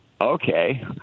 Okay